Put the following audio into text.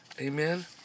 Amen